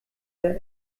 der